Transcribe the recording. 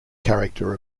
character